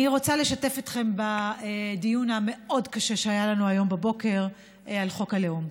אני רוצה לשתף אתכם בדיון המאוד-קשה שהיה לנו היום בבוקר על חוק הלאום.